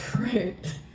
Right